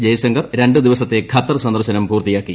ജയശങ്കർ രണ്ടു ദിവസത്തെ ഖത്തർ സന്ദർശനം പൂർത്തിയാക്കി